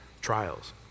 trials